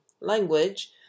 language